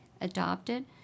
adopted